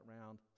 round